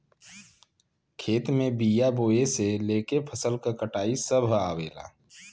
खेत में बिया बोये से लेके फसल क कटाई सभ आवेला